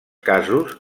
casos